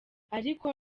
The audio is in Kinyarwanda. ariko